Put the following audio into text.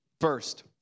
First